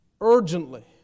Urgently